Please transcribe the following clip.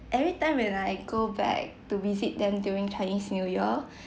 every time when I go back to visit them during chinese new year